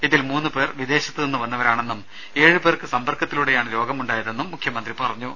ഇതിൽ മൂന്നുപേർ വിദേശത്തുനിന്ന് വന്നവരാണെന്നും ഏഴുപേർക്ക് സമ്പർക്കത്തിലൂടെയാണ് രോഗം ഉണ്ടായതെന്നും മുഖ്യമന്ത്രി പറഞ്ഞു